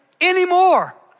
anymore